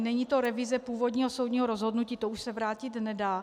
Není to revize původního soudního rozhodnutí, to už se vrátit nedá.